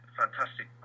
fantastic